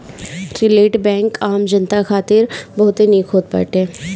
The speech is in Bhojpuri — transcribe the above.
रिटेल बैंक आम जनता खातिर बहुते निक होत बाटे